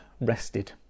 rested